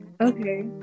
okay